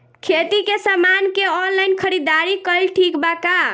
खेती के समान के ऑनलाइन खरीदारी कइल ठीक बा का?